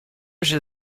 się